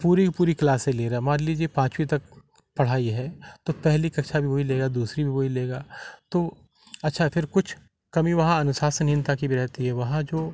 पूरी की पूरी क्लासें ले रहा मान लीजिए पाँचवी तक पढ़ाई है तो पहली कक्षा भी वही लेगा दूसरी भी वही लेगा तो अच्छा फिर कुछ कमी वहाँ अनुशासनहीनता की भी रहती है वहाँ जो